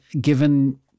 given